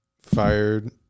Fired